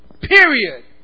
Period